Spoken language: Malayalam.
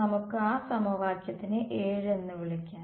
നമുക്ക് ആ സമവാക്യത്തിനെ 7 എന്ന് വിളിക്കാം